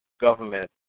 government